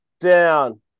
down